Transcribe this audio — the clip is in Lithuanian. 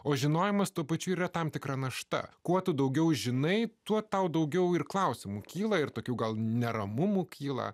o žinojimas tuo pačiu yra tam tikra našta kuo tu daugiau žinai tuo tau daugiau ir klausimų kyla ir tokių gal neramumų kyla